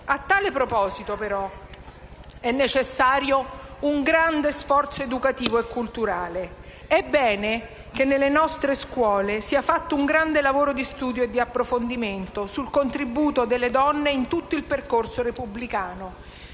A tale proposito, però, è necessario un grande sforzo educativo e culturale. È bene che nelle nostre scuole sia fatto un grande lavoro di studio e di approfondimento sul contributo delle donne in tutto il percorso repubblicano,